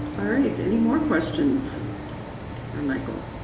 alright, any more questions for michael?